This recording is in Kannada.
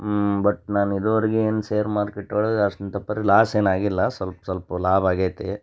ಬಟ್ ನಾನಿದುವರೆಗೆ ಏನು ಸೇರ್ ಮಾರ್ಕೇಟೊಳಗೆ ಅಷ್ಟು ಅಂಥ ಪರಿ ಲಾಸ್ ಏನೂ ಆಗಿಲ್ಲ ಸ್ವಲ್ಪ ಸ್ವಲ್ಪ ಲಾಭ ಆಗೈತೆ